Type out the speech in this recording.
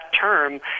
term